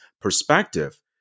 perspective